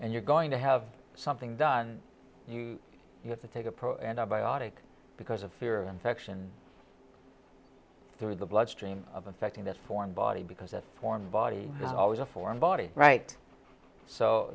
and you're going to have something done you have to take a pro antibiotic because of fear of infection through the bloodstream of affecting this foreign body because a foreign body always a foreign body right so